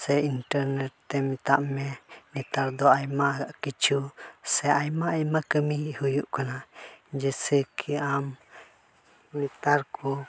ᱥᱮ ᱤᱱᱴᱟᱨᱱᱮᱴ ᱛᱮ ᱢᱮᱛᱟᱜ ᱢᱮ ᱱᱮᱛᱟᱨ ᱫᱚ ᱟᱭᱢᱟ ᱠᱤᱪᱷᱩ ᱥᱮ ᱟᱭᱢᱟ ᱟᱭᱢᱟ ᱠᱟᱹᱢᱤ ᱜᱮ ᱦᱩᱭᱩᱜ ᱠᱟᱱᱟ ᱡᱮᱭᱥᱮ ᱠᱤ ᱟᱢ ᱱᱮᱛᱟᱨ ᱠᱚ